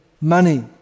money